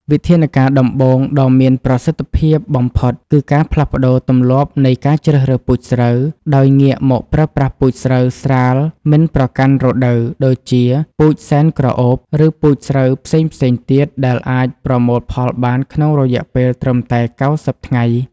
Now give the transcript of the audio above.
វិធានការដំបូងដ៏មានប្រសិទ្ធភាពបំផុតគឺការផ្លាស់ប្តូរទម្លាប់នៃការជ្រើសរើសពូជស្រូវ ដោយងាកមកប្រើប្រាស់ពូជស្រូវស្រាលមិនប្រកាន់រដូវដូចជាពូជសែនក្រអូប ឬពូជស្រូវផ្សេងៗទៀតដែលអាចប្រមូលផលបានក្នុងរយៈពេលត្រឹមតែ ៩០ ថ្ងៃ។